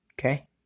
Okay